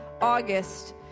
August